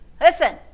Listen